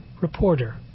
reporter